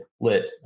lit